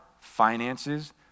finances